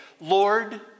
Lord